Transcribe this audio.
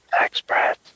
Express